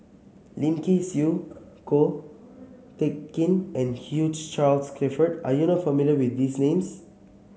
Lim Kay Siu Ko Teck Kin and Hugh Charles Clifford are you not familiar with these names